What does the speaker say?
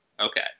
Okay